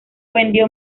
vendió